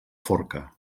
forca